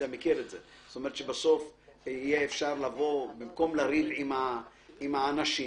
בסוף במקום לריב עם האנשים,